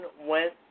went